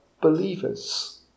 believers